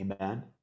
amen